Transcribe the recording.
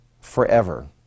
forever